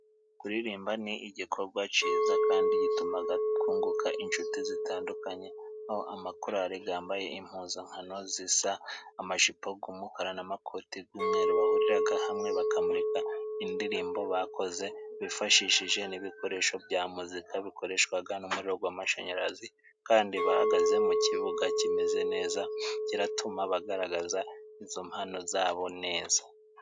Kuririmba ni igikorwa cyiza kandi gituma twunguka inshuti zitandukanye, aho amakorari yambaye impuzankano zisa. Amajipo y'umukora n'amakoti y'umweru. Bahuriraga hamwe bakamurika indirimbo bakoze, bifashishije n'ibikoresho bya muzika bikoreshwa n'umuriro w'amashanyarazi, kandi bahagaze mu kibuga kimeze neza, kiratuma bagaragaza izo mpano zabo neza.